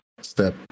step